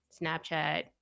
Snapchat